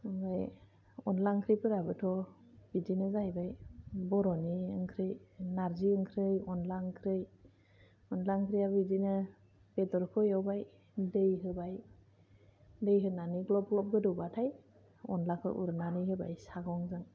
ओमफ्राय अनला ओंख्रैफोराबोथ' बेदिनो जाहैबाय बर'नि ओंख्रै नारजि ओंख्रि अनला ओंख्रि अनला ओंख्रिआबो बिदिनो बेदरखौ एवबाय दै होबाय दै होनानै ग्लाब ग्लाब गोदौबाथाय अनलाखौ उरनानै होबाय सागंजों